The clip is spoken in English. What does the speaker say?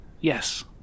Yes